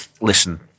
Listen